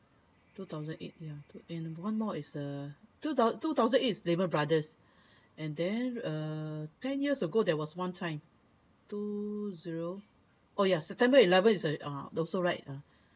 and one more is uh two two thousand eight it's Lehman Brothers and then uh ten years ago there was one time two zero oh ya september eleventh it's uh also right ah